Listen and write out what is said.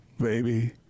baby